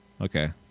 Okay